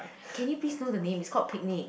can you please know the name it's called picnic